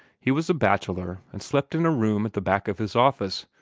he was a bachelor, and slept in a room at the back of his office,